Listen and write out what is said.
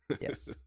Yes